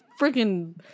freaking